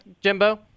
Jimbo